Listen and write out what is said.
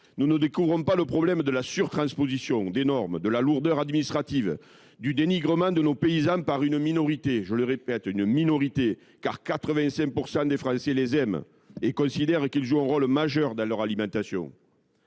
Nous ne découvrons pas le problème de la surtransposition des normes, de la lourdeur administrative, du dénigrement de nos paysans par une minorité – une minorité, j’y insiste, car 85 % des Français aiment les agriculteurs et considèrent qu’ils jouent un rôle majeur dans leur alimentation.